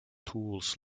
tools